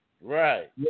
Right